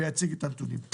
ויציג את הנתונים.